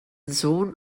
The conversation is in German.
sohn